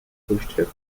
frühstück